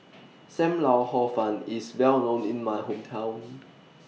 SAM Lau Hor Fun IS Well known in My Hometown